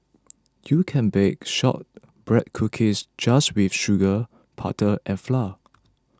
you can bake Shortbread Cookies just with sugar butter and flour